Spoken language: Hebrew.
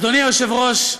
אדוני היושב-ראש,